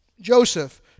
Joseph